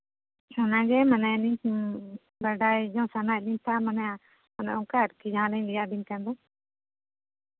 ᱚᱱᱟᱜᱮ ᱢᱚᱱᱮᱭ ᱫᱟᱹᱧ ᱵᱟᱰᱟᱭ ᱡᱚᱝ ᱥᱟᱱᱟᱭᱮᱫ ᱞᱤᱧ ᱛᱟᱦᱮᱸᱫ ᱚᱱᱮ ᱚᱱᱠᱟ ᱟᱨᱠᱤ ᱡᱟᱦᱟᱸ ᱞᱤᱧ ᱞᱟᱹᱭᱟᱵᱤᱱ ᱠᱟᱱ ᱫᱚ